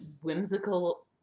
whimsical